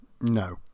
No